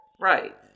Right